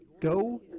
go